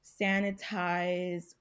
sanitize